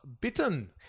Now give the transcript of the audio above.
Bitten